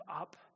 up